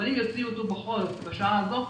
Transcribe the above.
אבל אם יוציאו אותו בחורף בשעה הזאת,